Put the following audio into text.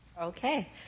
Okay